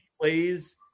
plays